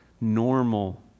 normal